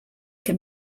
can